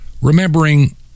remembering